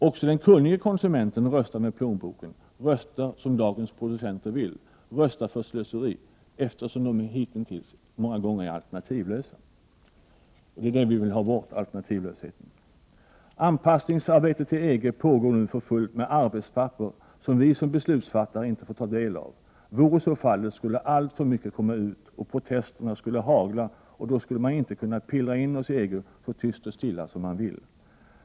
Också den okunnige konsumenten röstar med plånboken — röstar som dagens producenter vill — röstar för slöseri, eftersom konsumenten, hitintills, många gånger varit utan alternativ. Vi vill ha bort alternativlösheten. Arbetet med anpassning till EG pågår nu för fullt, med arbetspapper som vi som beslutsfattare inte får ta del av. Vore så fallet skulle alltför mycket komma ut, protesterna skulle hagla, och då skulle man inte kunna pillra in oss i EG så tyst och stilla som man vill.